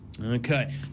Okay